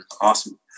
Awesome